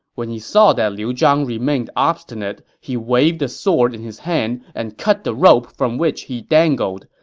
when he saw that liu zhang remained obstinate, he waved the sword in his hand and cut the rope from which he dangled.